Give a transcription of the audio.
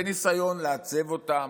בניסיון לעצב אותם,